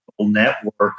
network